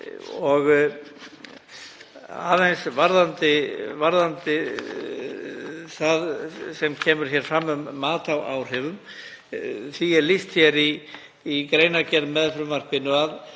Og aðeins varðandi það sem kemur hér fram um mat á áhrifum. Því er lýst í greinargerð með frumvarpinu að